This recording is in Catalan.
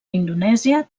indonèsia